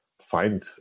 find